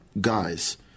guys